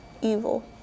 evil